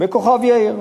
בכוכב-יאיר.